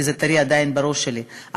כי זה טרי עדיין בראש שלי,